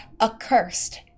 accursed